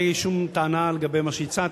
אין לי שום טענה לגבי מה שהצעת,